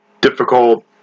difficult